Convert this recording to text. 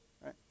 right